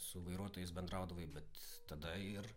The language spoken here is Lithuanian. su vairuotojais bendraudavai bet tada ir